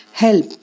Help